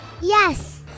Yes